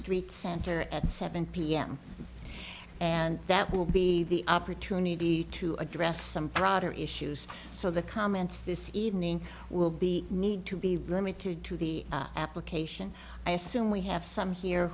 street center at seven pm and that will be the opportunity to address some broader issues so the comments this evening will be need to be limited to the application i assume we have some here